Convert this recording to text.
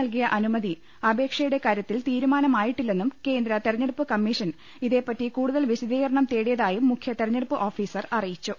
നൽകിയ അനുമതി അപ്പേക്ഷയുടെ കാര്യത്തിൽ തീരുമാനം ആയിട്ടില്ലെന്നും കേന്ദ്ര തെരഞ്ഞെടുപ്പ് കമ്മീഷൻ ഇതേപറ്റി കൂടു തൽ വിശദീകരണം തേട്ടിയതായും മുഖ്യ തെരഞ്ഞെടുപ്പ് ഓഫീ സർ അറിയിച്ചു